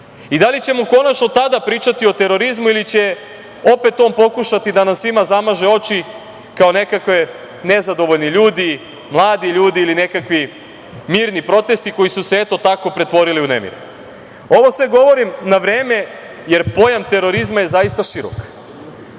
Da li ćemo konačno tada pričati o terorizmu ili će opet on pokušati da nam svima zamaže oči kao nekakvi nezadovoljni ljudi, mladi ljudi ili nekakvi mirni protesti koji su se eto tako pretvorili u nemire? Ovo sve govorim na vreme, jer pojam terorizma je zaista širok